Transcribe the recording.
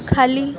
खाली